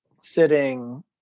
sitting